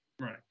Right